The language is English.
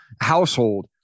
household